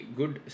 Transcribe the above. good